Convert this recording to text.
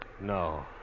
No